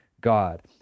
God